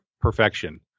perfection